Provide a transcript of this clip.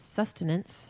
sustenance